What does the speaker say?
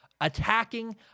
attacking